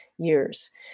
years